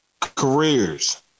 Careers